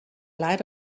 light